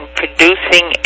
producing